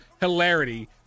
hilarity